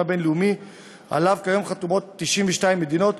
בין-לאומי שחתומות עליו כיום 92 מדינות,